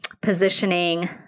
positioning